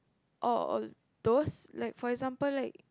or those like for example like